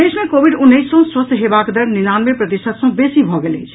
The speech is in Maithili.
प्रदेश मे कोविड उन्नैस सँ स्वस्थ हेबाक दर निनानबे प्रतिशत सँ बेसी भऽ गेल अछि